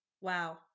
Wow